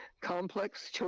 complex